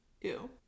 Ew